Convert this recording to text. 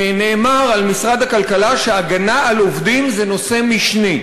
נאמר על משרד הכלכלה שהגנה על עובדים זה נושא משני.